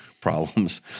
problems